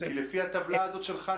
לפי הטבלה הזאת שלך,